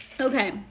Okay